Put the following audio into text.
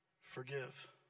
Forgive